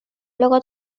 লগত